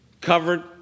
covered